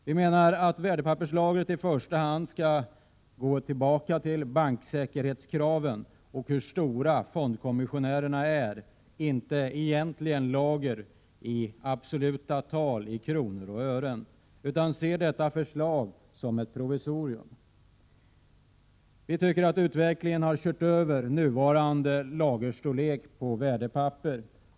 Vi menar att värdepapperslagret i första hand skall gå tillbaka till banksäkerhetskraven och till hur stor fondkommissionären är, inte till egentliga lagervärdesgränser i absoluta tal, i kronor och ören. Vi ser detta förslag som ett provisorium. Vi tycker att utvecklingen har kört över nuvarande storlek på lager av värdepapper.